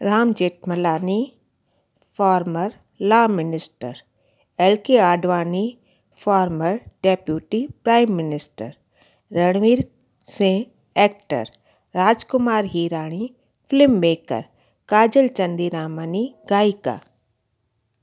Ram Jethmalani former law minister L K Advani former deputy prime minister Ranveer Singh actor Rajkumar Hirani film maker Kajal Chandiramani गायिका